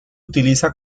utiliza